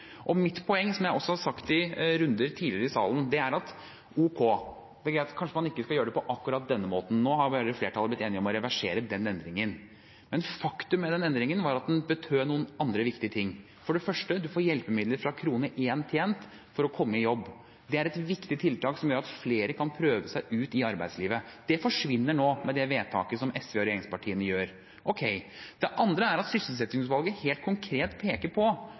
Mitt poeng, som jeg også har nevnt i runder tidligere i salen, er: Ok, det er greit, kanskje vi ikke skal gjøre det på akkurat denne måten. Nå har flertallet blitt enige om å reversere den endringen. Men faktum med den endringen var at den betød noen andre viktige ting. For det første: Man får hjelpemidler fra krone én tjent for å komme i jobb. Det er et viktig tiltak som gjør at flere kan prøve seg ute i arbeidslivet. Det forsvinner nå med det vedtaket som SV og regjeringspartiene gjør – ok. Det andre er at sysselsettingsutvalget helt konkret peker på